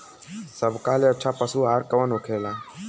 सबका ले अच्छा पशु आहार कवन होखेला?